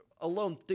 alone